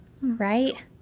right